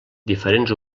diferents